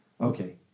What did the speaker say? Okay